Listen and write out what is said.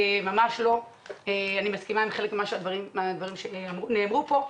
אני מסכימה עם חלק מהדברים שנאמרו פה,